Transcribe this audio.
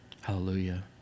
Hallelujah